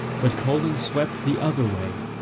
but colan swept the other way,